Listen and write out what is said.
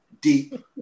deep